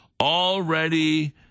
already